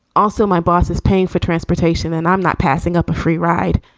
also, my boss is paying for transportation and i'm not passing up a free ride.